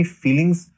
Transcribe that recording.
feelings